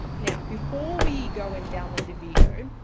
now before we go and download the video,